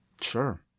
Sure